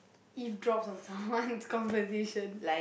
eavesdrop on someone's conversation